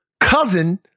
cousin